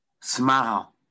smile